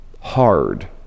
hard